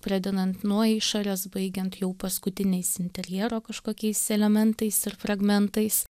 pradedant nuo išorės baigiant jau paskutiniais interjero kažkokiais elementais ir fragmentais